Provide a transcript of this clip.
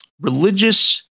Religious